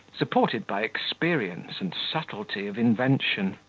supported by experience and subtilty of invention.